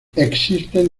existen